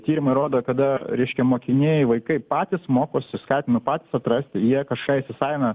tyrimai rodo kada reiškia mokiniai vaikai patys mokosi skatina patys atrasti jie kažką įsisavina